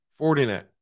Fortinet